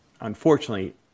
unfortunately